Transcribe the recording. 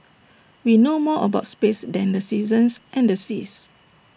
we know more about space than the seasons and the seas